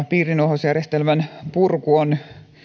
piirinuohousjärjestelmän purku on